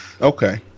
Okay